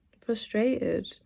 Frustrated